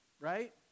right